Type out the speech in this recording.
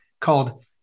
called